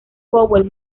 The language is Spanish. powell